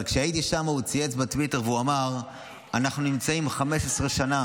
כשהייתי שם הוא צייץ בטוויטר ואמר: אנחנו נמצאים 15 שנה